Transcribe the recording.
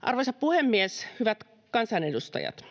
Arvoisa puhemies! Hyvät kansanedustajat!